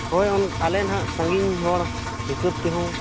ᱦᱳᱭ ᱟᱞᱮ ᱱᱟᱦᱟᱜ ᱥᱟᱺᱜᱤᱧ ᱦᱚᱲ ᱦᱤᱥᱟᱹᱵ ᱛᱮᱦᱚᱸ